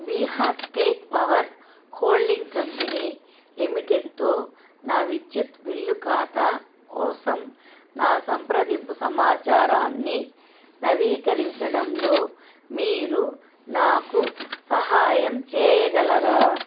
Bihar state power holding company లిమిటెడ్తో నా విద్యుత్ బిల్లు ఖాతా కోసం నా సంప్రదింపు సమాచారాన్ని నవీకరించడంలో మీరు నాకు సహాయం చేయగలరా